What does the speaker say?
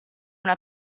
una